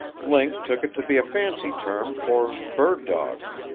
link took it to be a fancy term for bird dog.